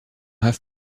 have